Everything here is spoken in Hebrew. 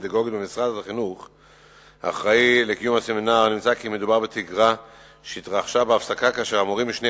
2009): פורסם כי ארבעה נערים אושפזו כתוצאה מקטטה שפרצה בסמינר משותף